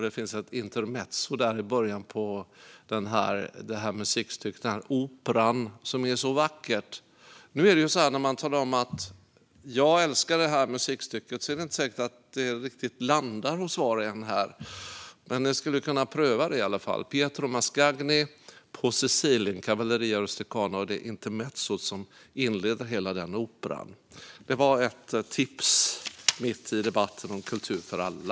Det finns ett intermezzo där i början på operan som är så vackert. När jag talar om att jag älskar det här musikstycket är det inte säkert att det riktigt landar hos var och en här. Men ni skulle i varje fall kunna pröva det. Kompositören är Pietro Mascagni och operan heter På Sicilien, Cavalleria Rusticana. Det är intermezzot som inleder hela den operan. Det var ett tips mitt i debatten om kultur för alla.